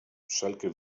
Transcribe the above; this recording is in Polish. wszelkie